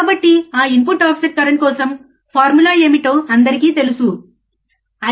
కాబట్టి ఆ input offset current కోసం ఫార్ములా ఏమిటో అందరికీ తెలుసా